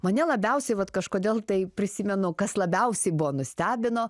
mane labiausiai vat kažkodėl tai prisimenu kas labiausiai buvo nustebino